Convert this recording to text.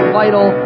vital